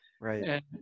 Right